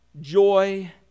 joy